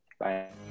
Bye